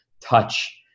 touch